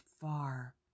far